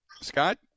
Scott